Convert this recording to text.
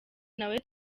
nawe